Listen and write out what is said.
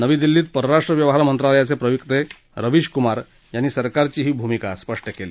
नवी दिल्लीत परराष्ट्र व्यवहार मंत्रालयाचे प्रवक्ते रवीश कुमार यांनी सरकारची ही भूमिका स्पष्ट केली